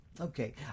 Okay